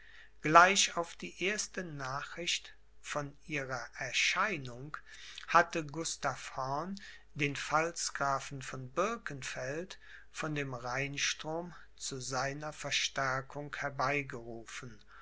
gleich auf die erste nachricht von ihrer erscheinung hatte gustav horn den pfalzgrafen von birkenfeld von dem rheinstrom zu seiner verstärkung herbeigerufen